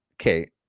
okay